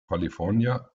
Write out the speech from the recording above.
california